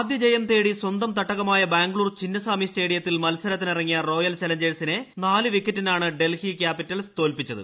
ആദ്യ ജയം തേടി സ്വന്തം തട്ടകമായ ബാംഗ്ലൂർ ചിന്നസ്വാമി സ്റ്റേഡിയത്തിൽ മത്സരത്തിനിറങ്ങിയ റോയൽ ചലഞ്ചേഴ്സിനെ നാല് വിക്കറ്റിനാണ് ഡൽഹി ക്യാപ്പിറ്റൽസ് തോൽപിച്ചത്